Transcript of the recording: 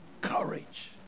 Courage